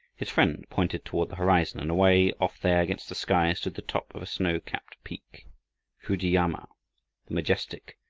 his friend pointed toward the horizon, and away off there against the sky stood the top of a snow-capped peak fujiyama the majestic,